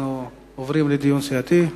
אנחנו עוברים לדיון סיעתי.